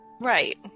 Right